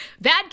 Bad